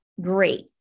great